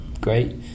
great